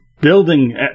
Building